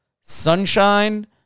Sunshine